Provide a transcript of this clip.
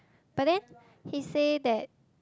but then he say that